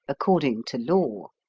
according to law.